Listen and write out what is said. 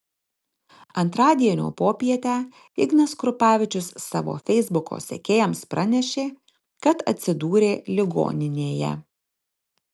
antradienio popietę ignas krupavičius savo feisbuko sekėjams pranešė kad atsidūrė ligoninėje